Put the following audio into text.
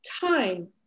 time